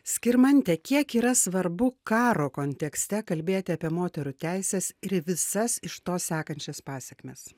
skirmante kiek yra svarbu karo kontekste kalbėti apie moterų teises ir visas iš to sekančias pasekmes